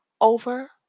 over